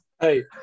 Hey